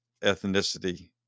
ethnicity